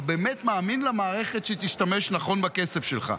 אתה באמת מאמין למערכת שהיא תשתמש נכון בכסף שלך.